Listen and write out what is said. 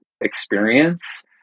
experience